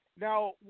now